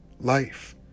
life